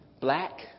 black